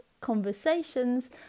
conversations